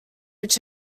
which